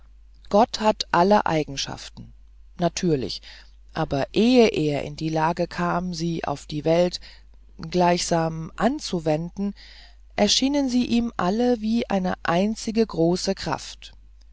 gott hat alle eigenschaften natürlich aber ehe er in die lage kam sie auf die welt gleichsam anzuwenden erschienen sie ihm alle wie eine einzige große kraft